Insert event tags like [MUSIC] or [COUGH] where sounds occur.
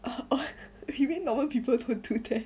[BREATH] you mean normal people don't do that